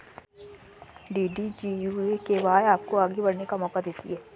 DDU GKY आपको आगे बढ़ने का मौका देती है